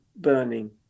burning